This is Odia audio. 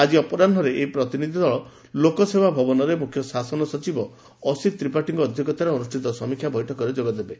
ଆକି ଅପରାହ ଏହି ପ୍ରତିନିଧି ଦଳ ଲୋକସେବା ଭବନରେ ମୁଖ୍ୟ ଶାସନ ସଚିବ ଅସିତ ତ୍ରିପାଠୀଙ୍କ ଅଧ୍ଧକ୍ଷତାରେ ଅନୁଷ୍ଠିତ ସମୀକ୍ଷା ବୈଠକରେ ଯୋଗ ଦେବେ